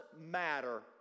matter